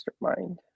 mastermind